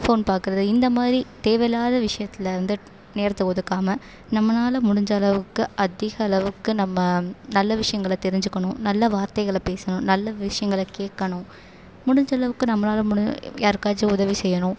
phone பார்க்கறது இந்த மாதிரி தேவைல்லாத விஷயத்தில் வந்து நேரத்தை ஒதுக்காமல் நம்மளால் முடிஞ்சளவுக்கு அதிகளவுக்கு நம்ம நல்ல விஷயங்களை தெரிஞ்சிக்கணும் நல்ல வார்த்தைகளை பேசணும் நல்ல விஷயங்கள கேட்கணும் முடிஞ்சளவுக்கு நம்மளால் முடி யாருக்காச்சும் உதவி செய்யணும்